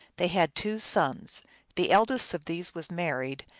they had two sons the eldest of these was married,